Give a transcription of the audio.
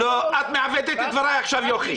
לא, לא, לא, את מעוותת את דבריי עכשיו, יוכי.